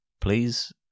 please